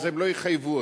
אז הם לא יחייבו אותך.